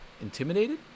intimidated